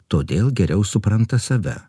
todėl geriau supranta save